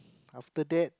after that